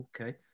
okay